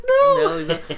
no